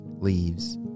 leaves